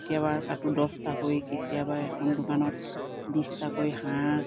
কেতিয়াবা কাটো দহটাকৈ কেতিয়াবা এখন দোকানত বিছটাকৈ হাঁহ